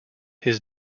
his